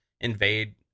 invade